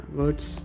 words